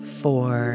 four